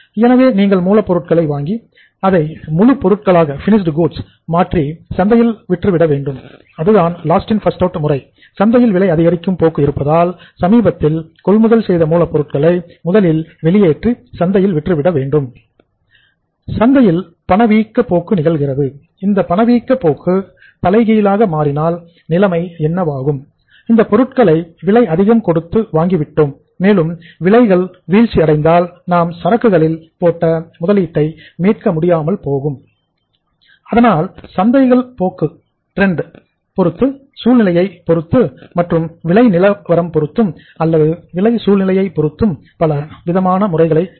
எனவே நீங்கள் மூலப்பொருட்களை வாங்கி அதை முழு பொருளாக போட்ட முதலீட்டை மீட்க முடியாமல் போய்விடும்